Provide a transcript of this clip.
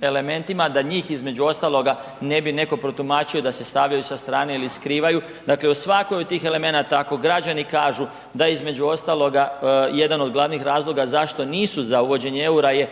elementima da njih između ostaloga ne bi neko protumačio da se stavljaju sa strane ili skrivaju, dakle u svakoj od tih elemenata ako građani kažu da između ostaloga jedan od glavnih razloga zašto nisu za uvođenje EUR-a je